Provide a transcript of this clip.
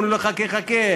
ואומרים לו: חכה חכה,